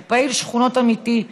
שהוא פעיל שכונות אמיתי,